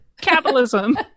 Capitalism